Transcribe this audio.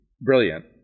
brilliant